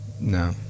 No